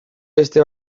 beste